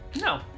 no